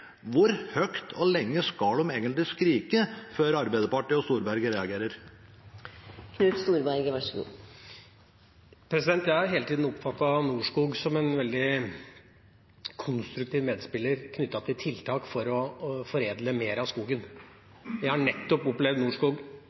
Hvor høyt og lenge skal de egentlig skrike før Arbeiderpartiet og Storberget reagerer? Jeg har hele tiden oppfattet Norskog som en veldig konstruktiv medspiller knyttet til tiltak for å fordele mer av skogen. Jeg har opplevd Norskog